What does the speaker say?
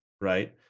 right